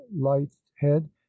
light-head